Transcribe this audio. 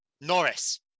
Norris